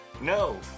No